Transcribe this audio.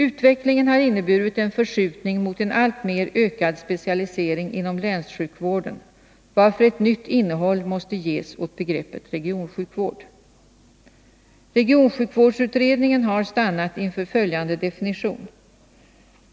Utvecklingen har inneburit en förskjutning mot en alltmer ökad specialisering inom länssjukvården, varför ett nytt innehåll måste ges åt begreppet regionsjukvård. Regionsjukvårdsutredningen har stannat inför följande definition.